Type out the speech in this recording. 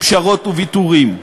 פשרות וויתורים.